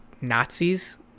nazis